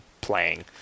playing